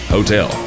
Hotel